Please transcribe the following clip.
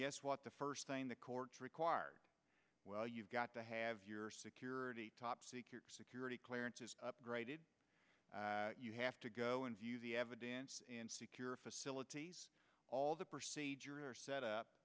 guess what the first thing the courts require well you've got to have your security top secret security clearances upgraded you have to go into the evidence and secure facilities all the procedures are set up